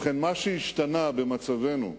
מה שהשתנה במצבנו,